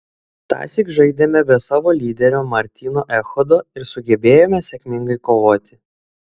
tąsyk žaidėme be savo lyderio martyno echodo ir sugebėjome sėkmingai kovoti